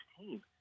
team